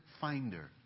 finder